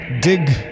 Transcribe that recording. dig